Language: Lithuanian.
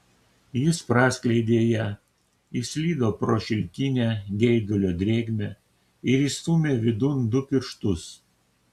jis praskleidė ją įslydo pro šilkinę geidulio drėgmę ir įstūmė vidun du pirštus